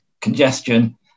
congestion